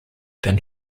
than